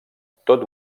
tot